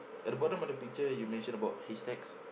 at the bottom of the picture you mention about hay stacks